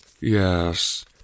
Yes